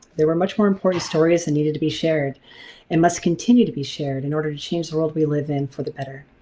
there were much more important stories that and needed to be shared and must continue to be shared in order to change the world we live in for the better.